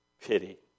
pity